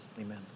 Amen